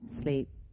Sleep